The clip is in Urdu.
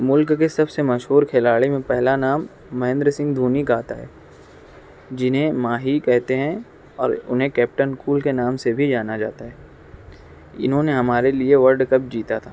ملک کے سب سے مشہور کھلاڑی میں پہلا نام مہیندر سنگھ دھونی کا آتا ہے جنہیں ماہی کہتے ہیں اور انہیں کیپٹن کول کے نام سے بھی جانا جاتا ہے انہوں نے ہمارے لئے ورلڈ کپ جیتا تھا